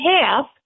half